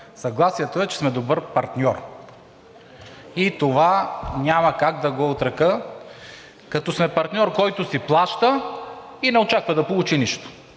Съгласието е, че сме добър партньор и това няма как да го отрека, като сме партньор, който си плаща и не очаква да получи нищо.